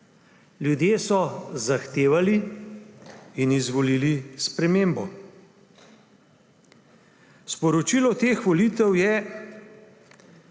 Ljudje so zahtevali in izvolili spremembo. Sporočilo teh volitev je,